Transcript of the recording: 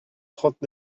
trente